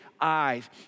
eyes